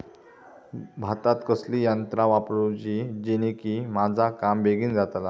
भातात कसली यांत्रा वापरुची जेनेकी माझा काम बेगीन जातला?